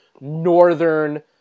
northern